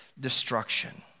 destruction